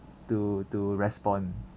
to to respond